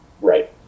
Right